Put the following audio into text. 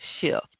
shift